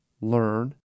learn